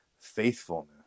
faithfulness